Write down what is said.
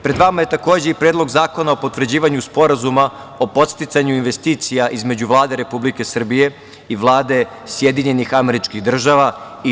Pred vama je takođe i Predlog zakona o potvrđivanju Sporazuma o podsticanju investicija između Vlade Republike Srbije i Vlade Sjedinjenih Američkih Država.